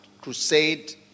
Crusade